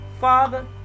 father